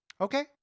Okay